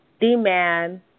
demand